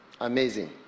amazing